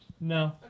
No